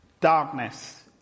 darkness